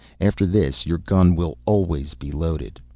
after this your gun will always be loaded.